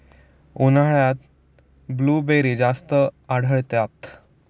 उन्हाळ्यात ब्लूबेरी जास्त आढळतात